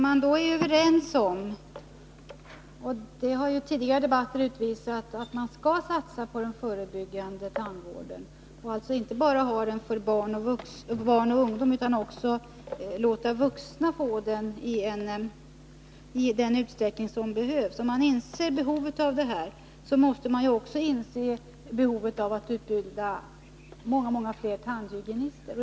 Herr talman! Tidigare debatter har visat att vi skall satsa på den förebyggande tandvården. Vi skall alltså inte ha den bara för barn och ungdom utan också för vuxna i den utsträckning det behövs. Om man inser behovet av denna tandvård måste man också inse behovet av att utbilda många fler tandhygienister.